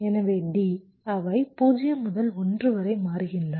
எனவே D அவை 0 முதல் 1 வரை மாறுகின்றன